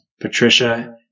Patricia